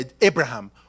Abraham